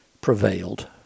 prevailed